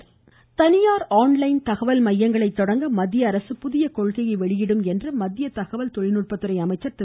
online தகவல் மையம் தனியார் ஆன்லைன் தகவல் மையங்களை தொடங்க மத்திய அரசு புதிய கொள்கை வெளியிடும் என்று மத்திய தகவல் தொழில்நுட்பத்துறை அமைச்சர் திரு